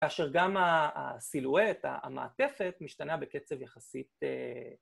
‫כאשר גם הסילואט המעטפת ‫משתנה בקצב יחסית...